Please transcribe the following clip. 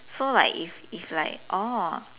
so like if if like oh